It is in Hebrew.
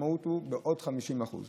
המשמעות היא עלייה בעוד 50%,